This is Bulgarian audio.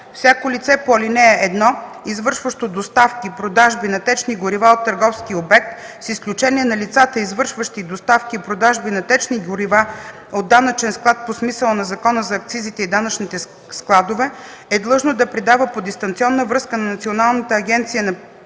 Всяко лице по ал. 1, извършващо доставки/продажби на течни горива от търговски обект, с изключение на лицата, извършващи доставки/продажби на течни горива от данъчен склад по смисъла на Закона за акцизите и данъчните складове, е длъжно да предава по дистанционна връзка на Националната агенция за приходите